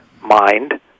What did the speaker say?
Mind